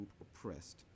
oppressed